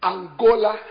Angola